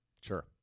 Sure